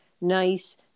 nice